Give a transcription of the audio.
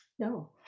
No